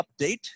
update